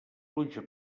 pluja